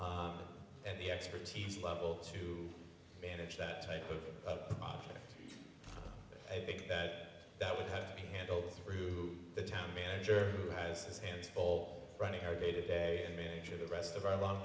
and the expertise level to manage that type of office i think that that would have to be handled through the town manager who has his hands all running our day to day and age of the rest of our long